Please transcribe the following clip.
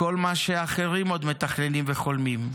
כל מה שהאחרים עוד מתכננים וחולמים,